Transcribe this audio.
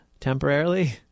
temporarily